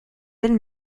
elles